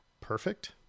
perfect